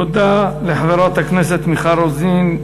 תודה לחברת הכנסת מיכל רוזין.